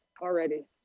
already